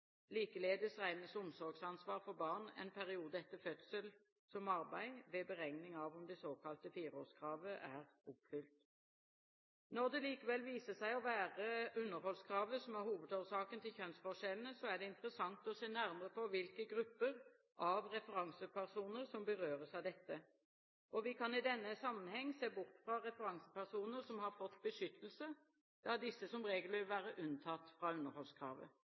Likeledes regnes omsorgsansvar for barn en periode etter fødsel som arbeid ved beregning av om det såkalte fireårskravet er oppfylt. Når det likevel viser seg å være underholdskravet som er hovedårsaken til kjønnsforskjellene, er det interessant å se nærmere på hvilke grupper av referansepersoner som berøres av dette. Vi kan i denne sammenheng se bort fra referansepersoner som har fått beskyttelse, da disse som regel vil være unntatt fra underholdskravet. Videre kan vi se bort fra arbeidsinnvandrere, da disse normalt vil oppfylle underholdskravet